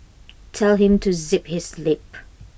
tell him to zip his lip